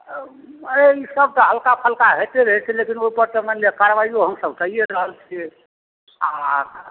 अरे ईसभ तऽ हल्का फल्का होइते रहैत छै लेकिन ओहिपर तऽ मानि लिअ कार्रवाइओ हमसभ कैये रहल छियै आ